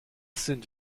sind